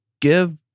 give